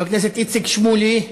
חבר הכנסת איציק שמולי,